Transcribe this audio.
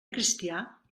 cristià